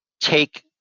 take